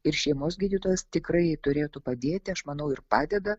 ir šeimos gydytojas tikrai turėtų padėti aš manau ir padeda